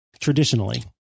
Traditionally